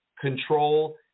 control